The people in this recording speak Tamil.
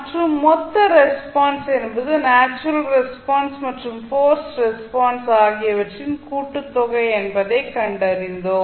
மற்றும் மொத்த ரெஸ்பான்ஸ் என்பது நேச்சுரல் ரெஸ்பான்ஸ் மற்றும் போர்ஸ்ட் ரெஸ்பான்ஸ் ஆகியவற்றின் கூட்டுத்தொகை என்பதைக் கண்டோம்